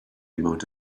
amount